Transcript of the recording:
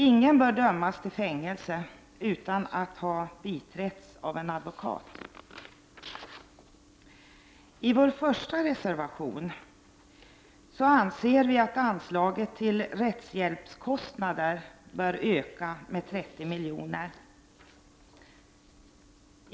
Ingen bör dömas till fängelse utan att ha biträtts av en advokat. I reservation 1 framhåller vi att anslaget till rättshjälpskostnader bör ökas med 30 miljoner.